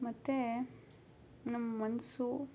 ಮತ್ತು ನಮ್ಮ ಮನಸ್ಸು